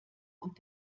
und